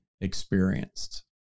experienced